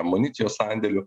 amunicijos sandėlių